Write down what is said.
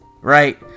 right